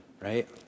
right